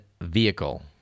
vehicle